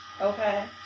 Okay